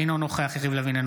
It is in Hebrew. אינו נוכח יריב לוין,